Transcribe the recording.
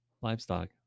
livestock